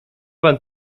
pan